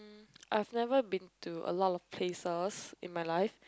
I have never been to a lot of places in my life